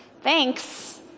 thanks